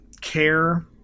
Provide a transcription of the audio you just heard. care